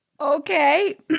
Okay